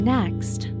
Next